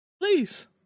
please